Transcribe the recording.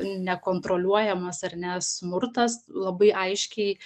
nekontroliuojamas ar ne smurtas labai aiškiai